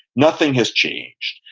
nothing has changed.